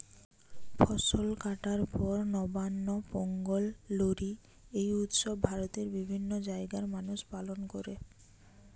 ফসল কাটার পর নবান্ন, পোঙ্গল, লোরী এই উৎসব ভারতের বিভিন্ন জাগায় মানুষ পালন কোরে